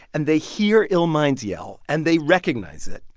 and they hear illmind's yell, and they recognize it.